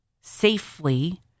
safely